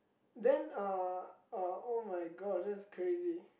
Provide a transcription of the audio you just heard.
then uh uh [oh]-my-God that's crazy